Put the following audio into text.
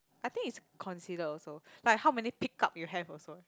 I think is considered also like how many pick up you have also